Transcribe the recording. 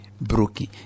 broken